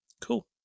Cool